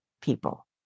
people